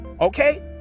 Okay